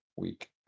week